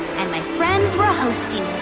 and my friends were hosting it.